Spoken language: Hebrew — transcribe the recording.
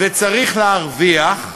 וצריך להרוויח,